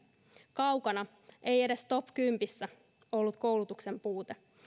kaukana ei edes top kympissä oli koulutuksen puute